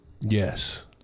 Yes